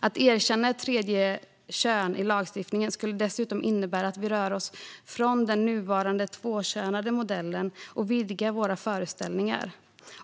Att erkänna ett tredje kön i lagstiftningen skulle dessutom innebära att vi rör oss bort från den nuvarande tvåkönade modellen och vidgar våra föreställningar.